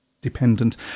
dependent